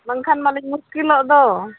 ᱢᱮᱱᱠᱷᱟᱱ ᱢᱟᱞᱤᱧ ᱢᱩᱥᱠᱤᱞᱚᱜ ᱫᱚ